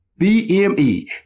BME